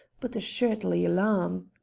but assuredly alarm.